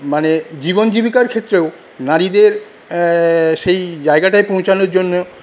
মানে জীবন জীবিকার ক্ষেত্রেও নারীদের সেই জায়গাটায় পৌঁছানোর জন্য